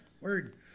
Word